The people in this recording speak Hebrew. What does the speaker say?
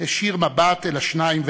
הישיר מבט אל השניים ואמר: